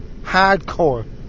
Hardcore